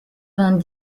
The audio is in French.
vingt